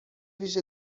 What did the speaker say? ویژه